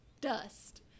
dust